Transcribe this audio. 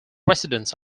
residents